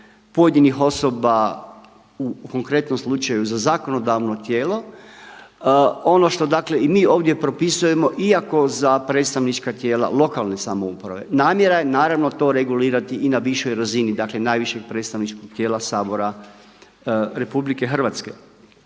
pojedinih osoba u konkretnom slučaju za zakonodavno tijelo. Ono što dakle i mi ovdje propisujemo iako za predstavnička tijela lokalne samouprave namjera je naravno to regulirati i na višoj razini dakle najvišeg predstavničkog tijela Sabora RH. Ali sasvim